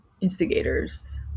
instigators